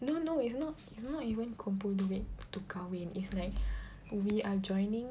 no no it's not it's not even kumpul duit to kahwin it's like we are joining